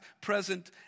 present